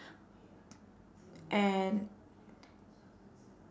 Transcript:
and